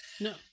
no